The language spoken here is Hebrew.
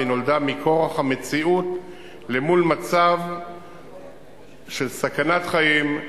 והיא נולדה מכורח המציאות מול מצב של סכנת חיים,